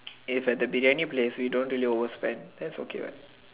if at the Briyani place we don't really overspend that's okay what